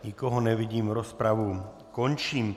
Nikoho nevidím, rozpravu končím.